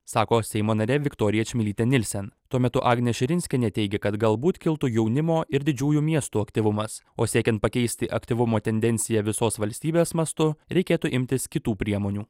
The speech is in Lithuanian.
sako seimo narė viktorija čmilytė nilsen tuo metu agnė širinskienė teigia kad galbūt kiltų jaunimo ir didžiųjų miestų aktyvumas o siekiant pakeisti aktyvumo tendenciją visos valstybės mastu reikėtų imtis kitų priemonių